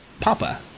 Papa